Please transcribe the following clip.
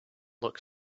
look